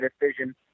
decision